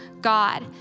God